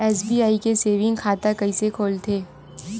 SBI के saving खाता कइसे खोलथे?